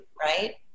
right